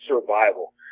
survival